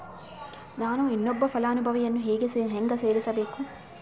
ನಾನು ಇನ್ನೊಬ್ಬ ಫಲಾನುಭವಿಯನ್ನು ಹೆಂಗ ಸೇರಿಸಬೇಕು?